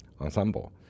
ensemble